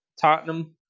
Tottenham